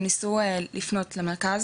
הם ניסו לפנות למרכז